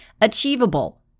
Achievable